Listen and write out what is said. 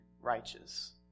righteous